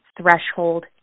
threshold